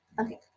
Okay